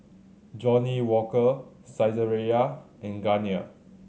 Johnnie Walker Saizeriya and Garnier